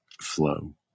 flow